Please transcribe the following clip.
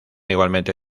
igualmente